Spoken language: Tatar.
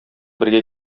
бергә